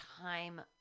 time